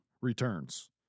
returns